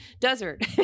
desert